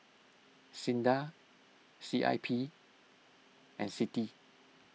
Sinda C I P and Citi